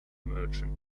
merchant